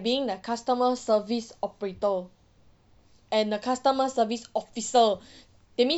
being the customer service operator and the customer service officer that mean